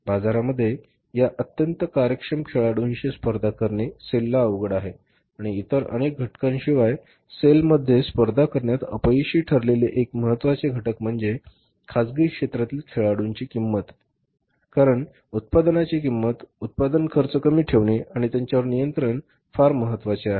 बाजारामध्ये या अत्यंत कार्यक्षम खेळाडूंशी स्पर्धा करणे सेलला अवघड आहे आणि इतर अनेक घटकांशिवाय सेलमध्ये स्पर्धा करण्यात अपयशी ठरलेले एक महत्त्वाचे घटक म्हणजे खाजगी क्षेत्रातील खेळाडूंची किंमत ही आहे कारण उत्पादनाची किंमत उत्पादन खर्च कमी ठेवणे किंवा त्याचे नियंत्रण फार महत्वाचे आहे